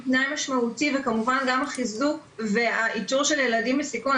תנאי משמעותי וכמובן גם החיזוק והאיתור של ילדים בסיכון.